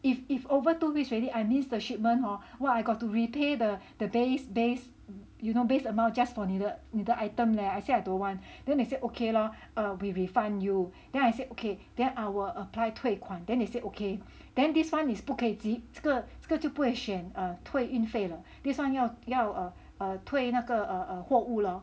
if if over two weeks already I miss the shipment hor !wah! I got to repay the the base base you know base amount just for 你的你的 item leh I say I don't want then they said okay lor we refund you then I said okay that I will apply 退款 then he said okay then this one is 不可以几这个就不可以选退运费了 this one 要要 err 退那个货物了